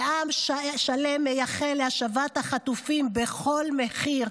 כשעם שלם מייחל להשבת החטופים בכל מחיר,